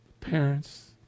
Parents